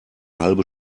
halbe